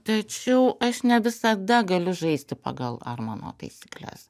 tačiau aš ne visada galiu žaisti pagal armono taisykles